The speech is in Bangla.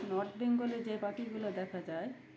নর্থ বেঙ্গলে যে পাখিগুলো দেখা যায়